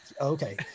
Okay